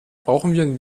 brauchen